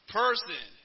person